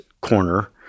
corner